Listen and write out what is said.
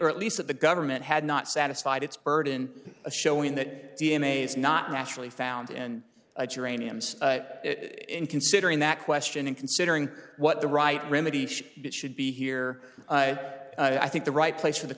or at least that the government had not satisfied its burden of showing that d n a is not naturally found and geraniums it in considering that question and considering what the right remedy it should be here i think the right place for the